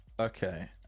Okay